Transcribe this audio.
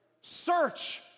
Search